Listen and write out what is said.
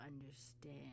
understand